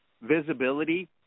visibility